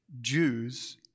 Jews